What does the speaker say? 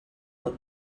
was